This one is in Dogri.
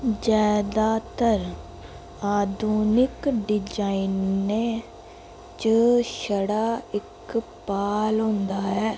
जादातर आधुनिक डिजाइनें च छड़ा इक पाल होंदा ऐ